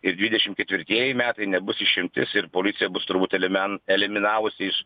ir dvidešim ketvirtieji metai nebus išimtis ir policija bus turbūt elemen eliminavusi iš